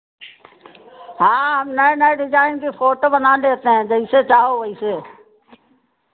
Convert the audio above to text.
हाँ हम नए नए डिज़ाइन की फ़ोटो बना लेते हैं जैसे चाहो वैसे